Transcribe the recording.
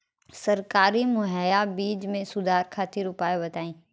सरकारी मुहैया बीज में सुधार खातिर उपाय बताई?